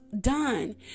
done